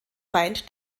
feind